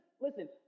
listen